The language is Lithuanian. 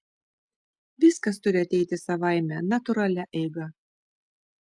viskas turi ateiti savaime natūralia eiga